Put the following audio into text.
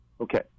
Okay